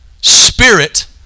spirit